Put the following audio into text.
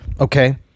Okay